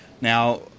Now